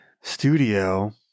studio